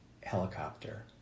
helicopter